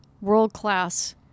world-class